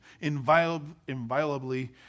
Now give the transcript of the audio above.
inviolably